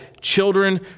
Children